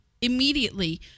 immediately